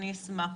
אשמח.